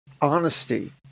honesty